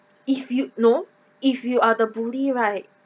if you no if you are the bully right